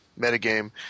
Metagame